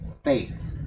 faith